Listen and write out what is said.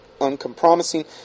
uncompromising